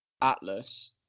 Atlas